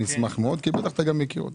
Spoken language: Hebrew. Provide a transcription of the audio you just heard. אשמח מאוד אתה גם בטח מכיר אותו.